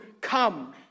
Come